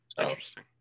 Interesting